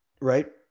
Right